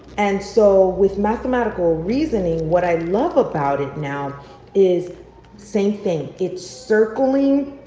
and so with mathematical reasoning, what i love about it now is same thing, it's circling,